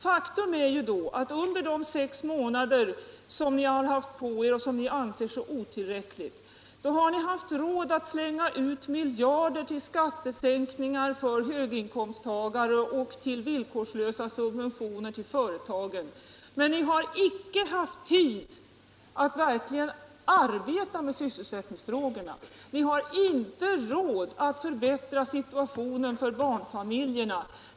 Faktum är att under de sex månader som ni har haft på er och som ni anser vara otillräckligt har ni haft tid och råd att slänga ut miljarder till skattesänkningar för höginkomsttagare och till villkorslösa subventioner till företagen. Men ni har icke haft tid att verkligen arbeta med sysselsättningsfrågorna. Ni har inte råd att förbättra situationen för barnfamiljerna.